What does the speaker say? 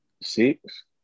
Six